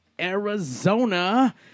arizona